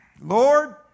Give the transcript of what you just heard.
Lord